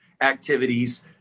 activities